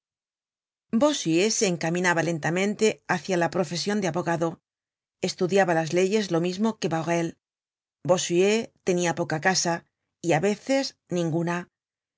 bottes bossuet se encaminaba lentamente hácia la profesion de abogado estudiaba las leyes lo mismo que bahorel bossuet tenia poca casa y á veces ninguna